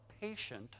patient